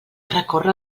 recórrer